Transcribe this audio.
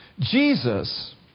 Jesus